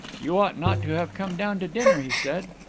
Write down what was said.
you ought not to have come down to dinner he said,